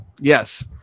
Yes